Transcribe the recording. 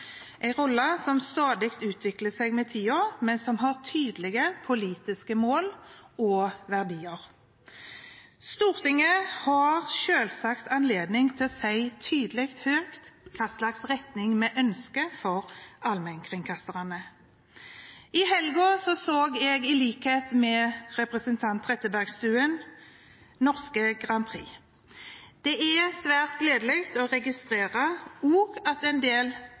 rolle som stadig utvikler seg med tiden, men som har tydelige politiske mål og verdier. Stortinget har selvsagt anledning til å si tydelig og høyt hvilken retning vi ønsker for allmennkringkasterne. I helgen så jeg, i likhet med representanten Trettebergstuen, norsk Melodi Grand Prix. Det er svært gledelig å registrere at også en del